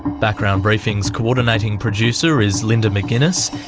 background briefing's co-ordinating producer is linda mcginness,